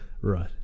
Right